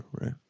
right